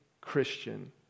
Christian